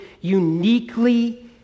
uniquely